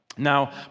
Now